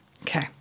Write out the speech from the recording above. Okay